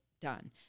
done